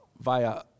via